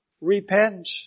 Repent